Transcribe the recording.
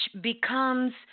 becomes